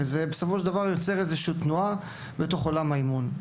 ובסופו של דבר זה ייצור איזו שהיא תנועה בתוך עולם האימון.